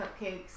cupcakes